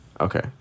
Okay